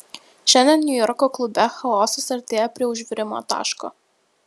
šiandien niujorko klube chaosas artėja prie užvirimo taško